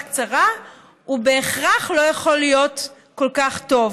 קצרה הוא בהכרח לא יכול להיות כל כך טוב,